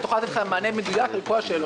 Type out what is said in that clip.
היא תוכל לתת לך מענה מדויק על כל השאלות.